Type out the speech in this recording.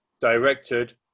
directed